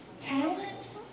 talents